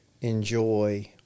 enjoy